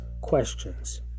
questions